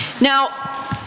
Now